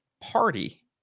party